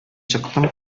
чыктым